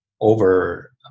over